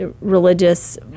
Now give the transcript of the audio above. religious